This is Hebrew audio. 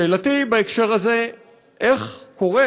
שאלתי בהקשר הזה: איך קורה